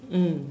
mm